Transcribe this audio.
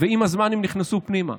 ועם הזמן הן נכנסו פנימה,